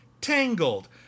tangled